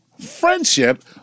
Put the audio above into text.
friendship